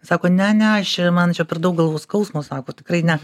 sako ne ne aš čia man čia per daug galvos skausmo sako tikrai ne